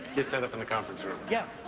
get set up in the conference room. yeah,